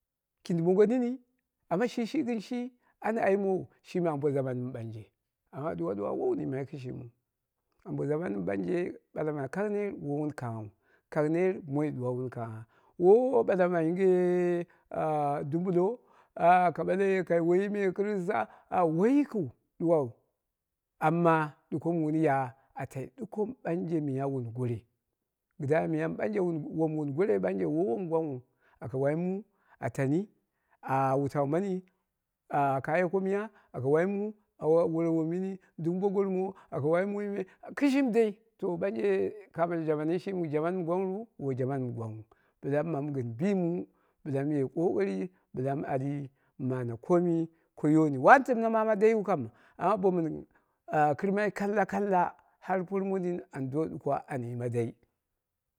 Kindi mongo nini amma shi shi gin shi an aimowou shimi ambo jaman mɨ ɓanje, ɗuwa ɗuwa woi wun yimai kɨshimiu, ambo jaman mɨ ɓanje ɓala ma kang net woi wun kangnhau moi ɗuwa wun kang ngha, woi ɓala ma yingz ah dubulo ɓale kai woiyi me knsta woi yi kin ɗuwau. Amma ɗukom wun ya a toi ɗukom ɓanje mɨn goroi kɨdda miyam ɓanje wom wun goroi woi womu gwan nghu aka wai mu a tani ah wutau mani ah kaye komiya, aka wai mu awore wom yini dɨm bo gormo aka wai mui kɨshimi dai. To ɓanje kamo jamani shimi jaman mɨ gwangru? Woi jaman mɨ gwangnghu bɨla mamu gɨn bimma bɨla mɨ ye kokari bɨla mɨ ali mɨ mane komi ko yooni, wani timne mama daiyu kam amma bo min kɨ mai kalla kalla har por mondin ado duko an yima dai.